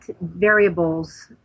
variables